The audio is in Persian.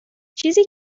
چیزی